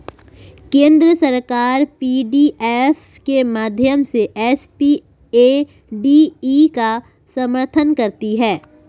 केंद्र सरकार पी.डी.एफ के माध्यम से एस.पी.ए.डी.ई का समर्थन करती है